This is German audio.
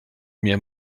mir